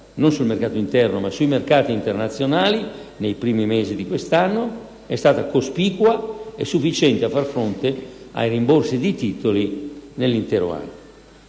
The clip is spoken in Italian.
non sul mercato interno ma sui mercati internazionali, è stata cospicua e sufficiente a far fronte al rimborso dei titoli nell'intero anno.